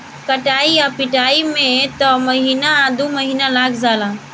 कटाई आ पिटाई में त महीना आ दु महीना लाग जाला